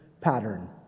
pattern